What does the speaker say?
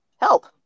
Help